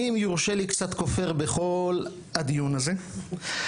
אם יורשה לי, אני קצת כופר בכל הדיון הזה.